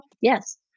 Yes